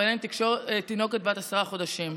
ובהן תינוקת בת עשרה חודשים.